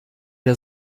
der